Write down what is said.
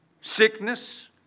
sickness